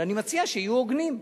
אבל אני מציע שיהיו הוגנים,